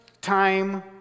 time